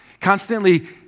Constantly